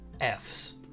F's